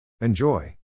Enjoy